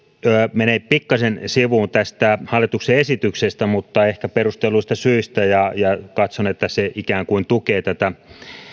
menee pikkasen sivuun tästä hallituksen esityksestä mutta ehkä perustelluista syistä ja ja katson että se ikään kuin tukee tätä